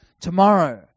tomorrow